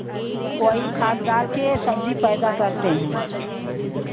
वही खाद डाल के सब्जी पैदा करते हैं